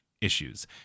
issues